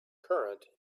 current